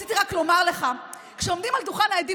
רציתי רק לומר לך: כשעומדים על שולחן העדים